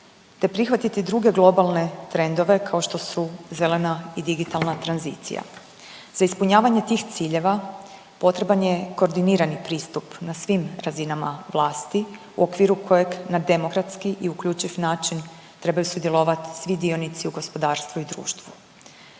te prihvatiti druge globalne trendove kao što su zelena i digitalna tradicija. Za ispunjavanje tih ciljeva potreban je koordinirani pristup na svim razinama vlasti u okviru kojeg na demokratski i uključiv način trebaju sudjelovati svi dionici u gospodarstvu i društvu.